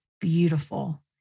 beautiful